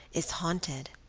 is haunted!